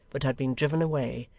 but had been driven away,